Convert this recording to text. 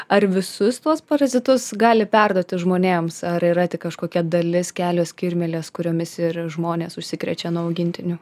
ar visus tuos parazitus gali perduoti žmonėms ar yra tik kažkokia dalis kelios kirmėlės kuriomis ir žmonės užsikrečia nuo augintinių